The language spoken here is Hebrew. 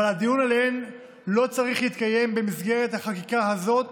אבל הדיון עליהן לא צריך להתקיים במסגרת החקיקה הזאת